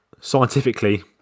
scientifically